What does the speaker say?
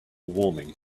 warming